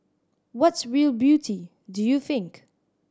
what's real beauty do you think